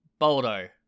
Boldo